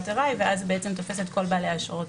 ואז זה תופס את כל בעלי האשרות